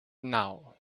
now